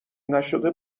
نشده